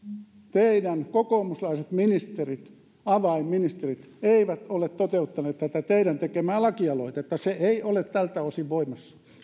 teidän kokoomuslaiset ministerinne avainministerit eivät ole toteuttaneet tätä teidän tekemäänne lakialoitetta se ei ole tältä osin voimassa